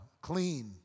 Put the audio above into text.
Clean